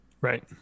right